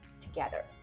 together